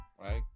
right